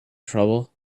trouble